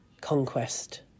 conquest